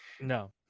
no